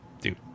dude